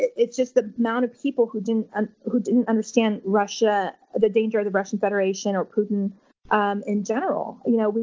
it's just, the amount of people who didn't ah who didn't understand russia, the danger of the russian federation or putin um in general. you know,